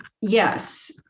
yes